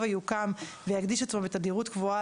הבה יוקם ויקדיש עצמו בתדירות קבועה